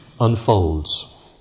unfolds